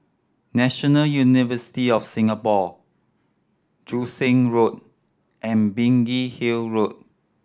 National University of Singapore Joo Seng Road and Biggin Hill Road